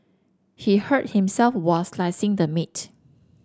he hurt himself while slicing the meat